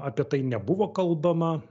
apie tai nebuvo kalbama